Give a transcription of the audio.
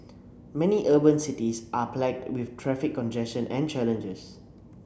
many urban cities are plagued with traffic congestion and challenges